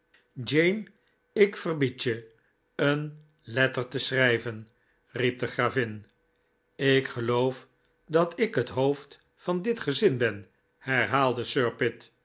jane ik verbied je een letter te schrijven riep de gravin ik geloof dat ik het hoofd van dit gezin ben herhaalde sir